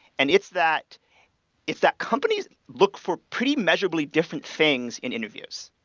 and it's that it's that companies look for pretty measurably different things in interviews.